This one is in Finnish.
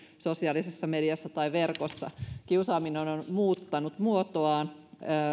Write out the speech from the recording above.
sosiaalisessa mediassa tai verkossa kiusaaminen on muuttanut muotoaan